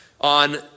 On